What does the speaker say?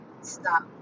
stop